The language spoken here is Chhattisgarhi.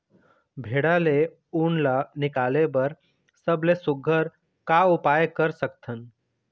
भेड़ा ले उन ला निकाले बर सबले सुघ्घर का उपाय कर सकथन?